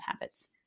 habits